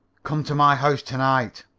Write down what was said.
come to my house to-night.